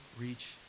reach